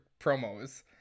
promos